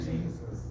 Jesus